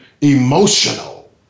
emotional